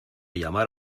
llamar